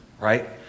Right